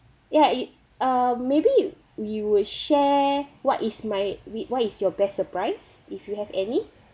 ya it err maybe we will share what is my we what is your best surprise if you have any